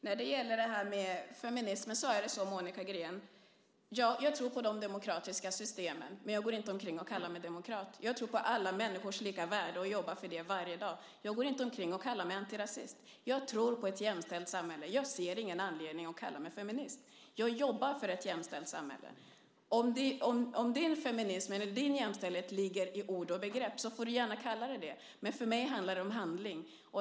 När det gäller feminismen är det så, Monica Green, att jag tror på de demokratiska systemen, men jag går inte omkring och kallar mig demokrat. Jag tror på alla människors lika värde och jobbar för det varje dag. Jag går inte omkring och kallar mig antirasist. Jag tror på ett jämställt samhälle. Jag ser ingen anledning att kalla mig feminist. Jag jobbar för ett jämställt samhälle. Om din feminism eller din jämställdhet ligger i ord och begrepp så får du gärna använda dem, men för mig handlar det om handling.